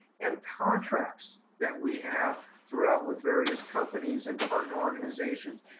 and contracts that we have throughout with various companies and partner organizations.